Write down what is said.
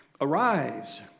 Arise